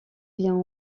vient